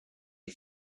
you